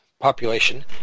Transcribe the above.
population